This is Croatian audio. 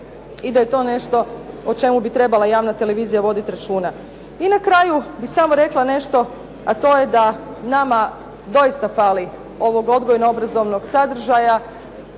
i da je to nešto o čemu bi trebala javna televizija voditi računa. I na kraju bih samo rekla nešto, a to je da nama doista fali ovog odgojno-obrazovnog sadržaja,